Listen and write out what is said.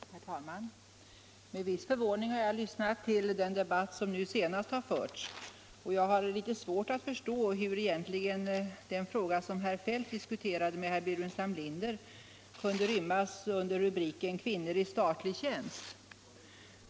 Herr talman! Med viss förvåning har jag lyssnat till den debatt som nu senast förts. Jag har litet svårt att förstå hur egentligen den fråga som herr Feldt diskuterat med herr Burenstam Linder om kunde inrymmas i rubriken ”Kvinnor i statlig tjänst”.